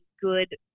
good